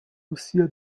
ossia